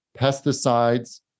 pesticides